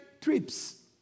trips